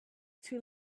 too